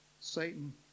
Satan